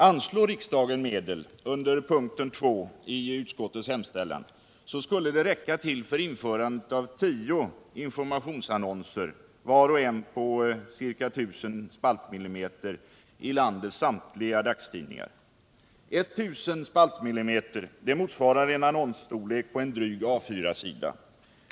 Anslår riksdagen medel enligt utskottets hemställan under p. 2, så skulle det innebära att man kunde införa tio informationsannonser, var och en på ca 1 000 spaltmillimeter, i landets samtliga dagstidningar. 1 000 spaltmillimeter motsvarar en annonsstorlek på en dryg A 4-sida.